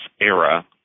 era